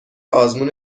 آزمون